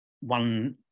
one